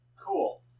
Cool